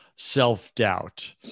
self-doubt